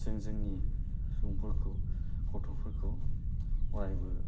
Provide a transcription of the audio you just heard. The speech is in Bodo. जों जोंनि समफोरखौ गथ'फोरखौ अरायबो